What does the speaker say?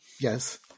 yes